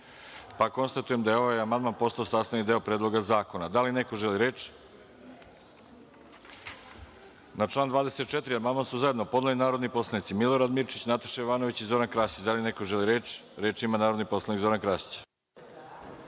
Srbije. Konstatujem da je ovaj amandman postao sastavni deo Predloga zakona. Da li neko želi reč? (Ne)Na član 24. amandman su zajedno podneli narodni poslanici Milorad Mirčić, Nataša Jovanović i Zoran Krasić. Da li neko želi reč? (Da)Reč ima narodni poslanik Zoran Krasić.